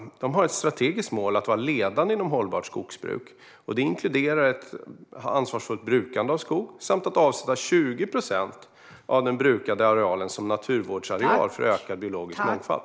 Bolaget har ett strategiskt mål att vara ledande inom hållbart skogsbruk. Det inkluderar ett ansvarsfullt brukande av skog och att avsätta 20 procent av den brukade arealen som naturvårdsareal för ökad biologisk mångfald.